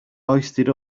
hoisted